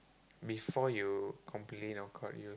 before you completely knock out you